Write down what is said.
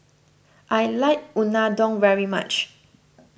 I like Unadon very much